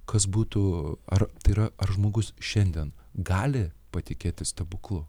kas būtų ar tai yra ar žmogus šiandien gali patikėti stebuklu